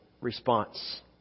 response